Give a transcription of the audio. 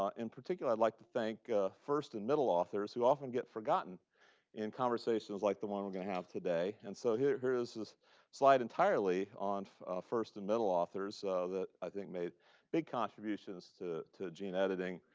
um in particular, i'd like to thank first and middle authors, who often get forgotten in conversations like the one we're going have today. and so here here is a slide entirely on first and middle authors that i think made big contributions to to gene editing,